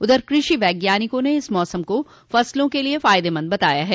उधर कृषि वैज्ञानिकों ने इस मौसम को फसलों के लिये फायदेमंद बताया है